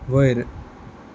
वयर